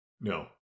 No